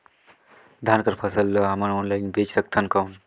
धान कर फसल ल हमन ऑनलाइन बेच सकथन कौन?